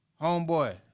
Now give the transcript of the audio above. homeboy